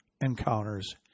encounters